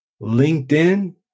LinkedIn